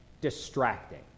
distracting